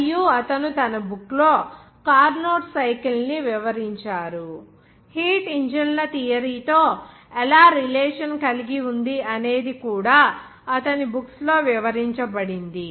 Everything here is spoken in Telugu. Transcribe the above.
మరియు అతను తన బుక్ లో కార్నోట్ సైకిల్ని వివరించారు హీట్ ఇంజిన్ల థియరీ తో ఎలా రిలేషన్ కలిగి ఉంది అనేది కూడా అతని బుక్స్ లో వివరించబడింది